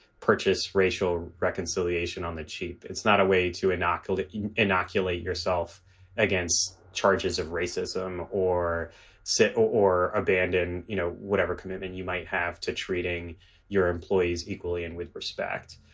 purchase racial reconciliation on the cheap. it's not a way to inoculate inoculate yourself against charges of racism or sit or abandon, you know, whatever commitment you might have to treating your employees equally and with respect.